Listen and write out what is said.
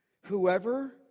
Whoever